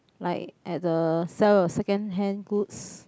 like at the sell your second hand goods